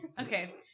okay